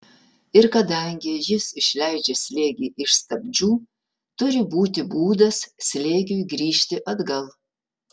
ir kadangi jis išleidžia slėgį iš stabdžių turi būti būdas slėgiui grįžti atgal